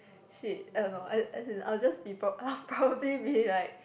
shit I don't know as~ as in I'll just be prob~ I'll probably be like